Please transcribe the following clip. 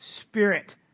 spirit